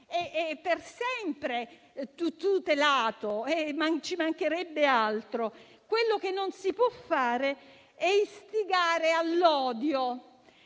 e sempre tutelato, e ci mancherebbe altro! Quello che non si può fare è istigare all'odio